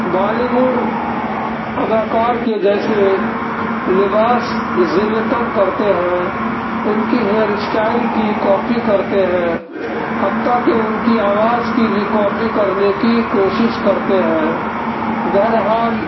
Bollywood اداکار کے جیسے لباس زیب تن کرتے ہیں ان کی ہیئر اسٹائل کی کاپی کرتے ہیں حتیٰ کہ ان کی آواز کی بھی کاپی کرنے کی کوشش کرتے ہیں بہرحال